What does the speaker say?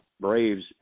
Braves